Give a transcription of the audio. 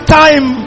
time